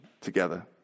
together